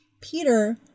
Peter